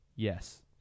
Yes